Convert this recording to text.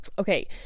Okay